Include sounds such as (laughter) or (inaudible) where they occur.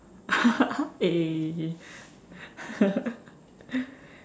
(laughs) eh (laughs)